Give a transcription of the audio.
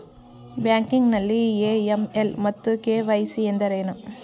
Banking ನಲ್ಲಿ AML ಮತ್ತು KYC ಎಂದರೇನು?